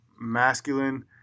masculine